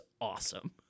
awesome